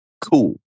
cool